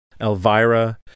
Elvira